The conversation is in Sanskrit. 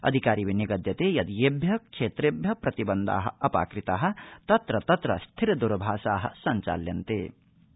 अधिकारिभि निगद्यते यद येभ्य क्षेत्रेभ्य प्रतिबन्धा अपाकृता तत्र तत्र स्थिर दरभाषा संचाल्यन्ते